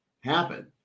happen